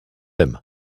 him